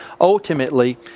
ultimately